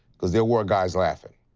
because there were guys laughing.